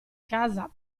casa